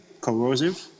corrosive